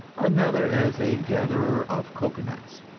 another as a gatherer of cocoanuts,